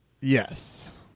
yes